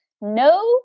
No